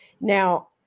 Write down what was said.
Now